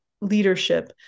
leadership